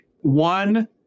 One